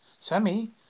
Sammy